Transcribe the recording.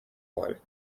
one